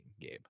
Gabe